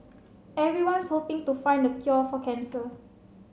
everyone's hoping to find the cure for cancer